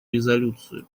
резолюцию